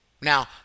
Now